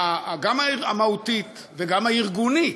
גם המהותית וגם הארגונית: